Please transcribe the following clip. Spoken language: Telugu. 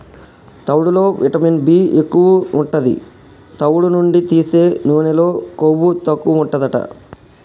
తవుడులో విటమిన్ బీ ఎక్కువు ఉంటది, తవుడు నుండి తీసే నూనెలో కొవ్వు తక్కువుంటదట